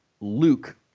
Luke